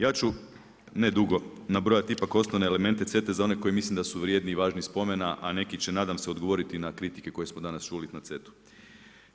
Ja ću ne dugo nabrojati ipak osnovne elemente CETA-e za one koje mislim da su vrijedni i važni spomena, a neki će nadam se odgovoriti na kritike koje smo danas čuli na CETA-u.